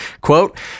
quote